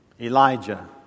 Elijah